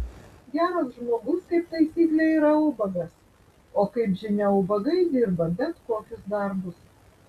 geras žmogus kaip taisyklė yra ubagas o kaip žinia ubagai dirba bet kokius darbus